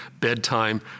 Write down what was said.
bedtime